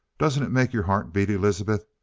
doesn't it make your heart beat, elizabeth,